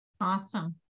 Awesome